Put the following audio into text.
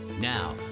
Now